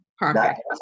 perfect